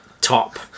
top